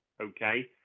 okay